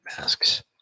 masks